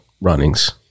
runnings